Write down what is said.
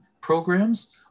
programs